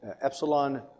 epsilon